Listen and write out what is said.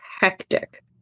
hectic